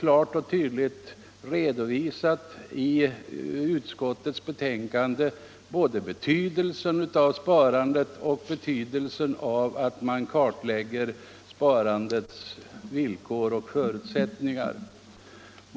I utskottets betänkande har vi klart och tydligt redovisat betydelsen av sparandet och vikten av att en kartläggning av sparandets villkor och förutsättningar kommer till stånd.